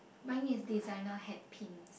mine is designer hat pins